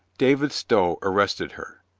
david stow arrested her.